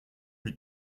plus